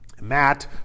Matt